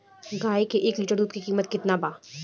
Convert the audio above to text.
गाय के एक लिटर दूध के कीमत केतना बा?